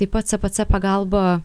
tai pat spc pagalbą